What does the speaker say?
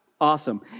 Awesome